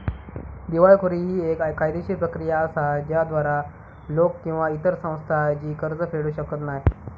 दिवाळखोरी ही येक कायदेशीर प्रक्रिया असा ज्याद्वारा लोक किंवा इतर संस्था जी कर्ज फेडू शकत नाही